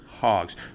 Hogs